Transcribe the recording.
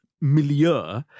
milieu